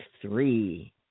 three